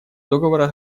договора